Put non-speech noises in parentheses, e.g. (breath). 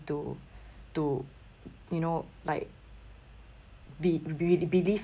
to (breath) to you know like be~ be~ be~ be~ believe